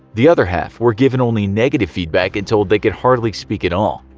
the other half were given only negative feedback and told they could hardly speak at all.